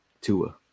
Tua